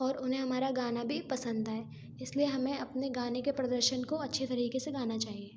और उन्हें हमारा गाना भी पसंद आए इसलिए हमें अपने गाने के प्रदर्शन को अच्छे तरीके से गाना चाहिए